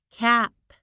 cap